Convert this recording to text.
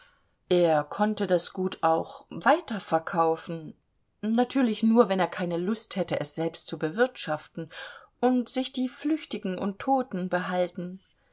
er konnte auch das gut weiter verkaufen natürlich nur wenn er keine lust hätte es selbst zu bewirtschaften und sich die flüchtigen und toten behalten